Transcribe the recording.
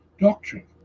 doctrine